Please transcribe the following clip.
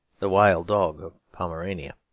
the wild dog of pomerania.